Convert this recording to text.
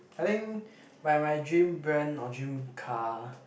I think my my dream brand or dream car